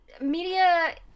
media